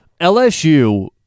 LSU